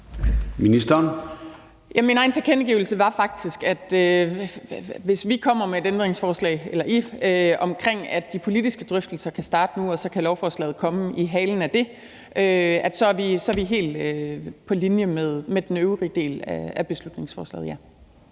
min egen tilkendegivelse var faktisk, at hvis vi eller I kommer med et ændringsforslag om, at de politiske drøftelser kan starte nu, og så kan lovforslaget komme i halen af det, så er vi helt på linje med den øvrige del af beslutningsforslaget,